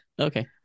Okay